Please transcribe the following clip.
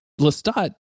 lestat